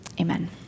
amen